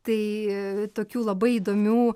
tai tokių labai įdomių